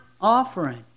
offering